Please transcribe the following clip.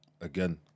Again